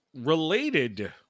related